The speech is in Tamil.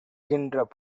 கின்ற